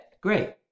great